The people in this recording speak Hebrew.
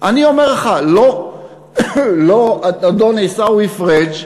אני אומר לך: לא אדון עיסאווי פריג'